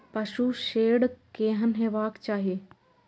पशु शेड केहन हेबाक चाही?